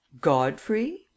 Godfrey